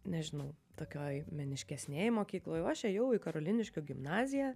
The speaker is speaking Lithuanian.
nežinau tokioj meniškesnėj mokykloj aš ėjau į karoliniškių gimnaziją